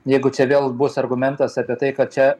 jeigu čia vėl bus argumentas apie tai kad čia